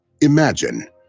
Imagine